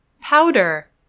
Powder